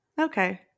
Okay